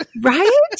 right